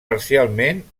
parcialment